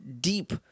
deep